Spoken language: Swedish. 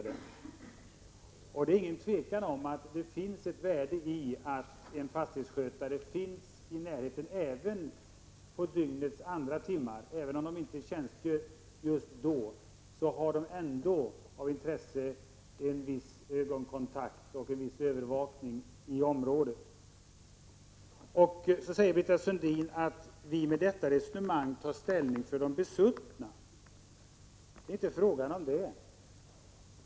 Det råder inget tvivel om att det finns ett värde i att fastighetsskötaren finns i närheten även under de timmar av dygnet då han inte tjänstgör. Det finns ändock ett intresse av en viss ögonkontakt och övervakning över området. Britta Sundin säger att vi tar ställning för de besuttna med detta resonemang. Det är inte fråga om det.